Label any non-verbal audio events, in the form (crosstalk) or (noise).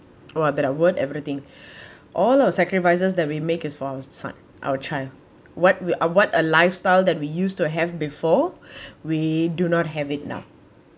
!wah! that I would everything all our sacrifices that we make is for our son our child what we uh what a lifestyle that we used to have before (breath) we do not have it now